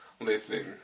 listen